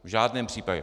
V žádném případě.